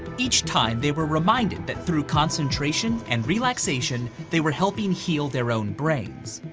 each time they were reminded that through concentration and relaxation, they were helping heal their own brains.